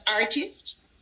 artist